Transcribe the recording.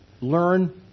learn